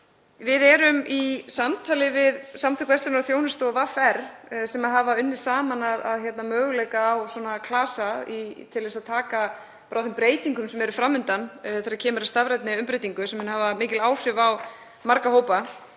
Við erum í samtali við Samtök verslunar og þjónustu og VR sem hafa unnið saman að möguleika á klasa til að taka á þeim breytingum sem eru fram undan þegar kemur að stafrænni umbreytingu sem mun hafa mikil áhrif á marga hópa.